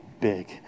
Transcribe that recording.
big